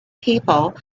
people